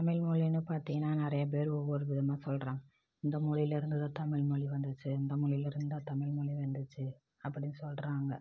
தமிழ்மொழினு பார்த்திங்கனா நிறைய பேர் ஒவ்வொரு விதமாக சொல்கிறாங்க இந்த மொழியில் இருந்து தான் தமிழ்மொழி வந்திச்சு இந்த மொழியில் இருந்து தான் தமிழ்மொழி வந்திச்சு அப்படினு சொல்கிறாங்க